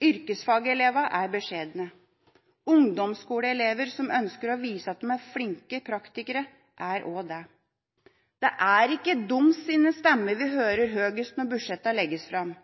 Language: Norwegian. Yrkesfagelevene er beskjedne. Ungdomsskoleelever som ønsker å vise at de er flinke praktikere, er også det. Det er ikke deres stemme vi hører høgest når budsjettene legges fram.